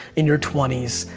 in your twenty s.